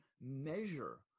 measure